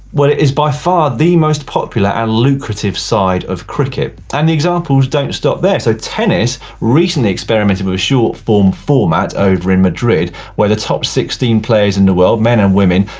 well it is by far the most popular and lucrative side of cricket. and the examples don't stop there. so tennis recently experimented with a short form format over in madrid where the top sixteen players in the world, men and women,